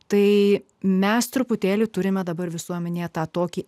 tai mes truputėlį turime dabar visuomenė tą tokį